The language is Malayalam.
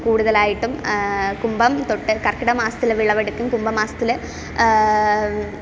കൂടുതലായിട്ടും കുംഭം തൊട്ട് കർക്കിടക മാസത്തിൽ വിളവെടുക്കും കുംഭമാസത്തിൽ